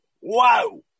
wow